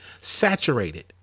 saturated